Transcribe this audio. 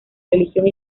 religión